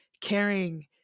caring